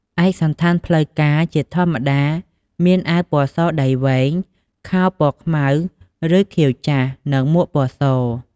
ឯកសណ្ឋានផ្លូវការ ជាធម្មតាមានអាវពណ៌សដៃវែង ខោពណ៌ខ្មៅ ឬខៀវចាស់ និងមួកពណ៌ស។